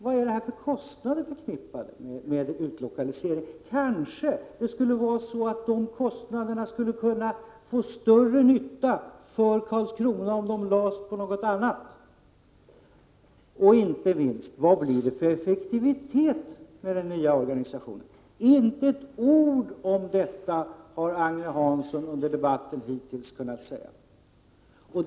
Vad är det för kostnader förknippade med en utlokalisering? Kanske de pengarna skulle kunna göra större nytta för Karlskrona om de lades på något annat! Och inte minst: Vad blir det för effektivitet med den nya organisationen? Agne Hansson har hittills under debatten inte kunnat säga ett ord om detta.